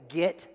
get